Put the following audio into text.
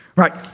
Right